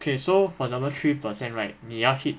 okay so for example three percent right 你要去